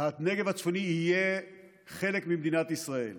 הנגב הצפוני יהיה חלק ממדינת ישראל.